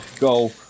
go